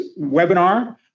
webinar